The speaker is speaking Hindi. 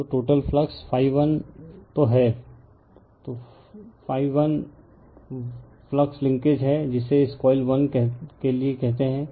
तो टोटल फ्लक्स ∅1 तो है ∅ 1 1 फ्लक्स लिंकेज है जिसे इस कॉइल 1 कहते हैं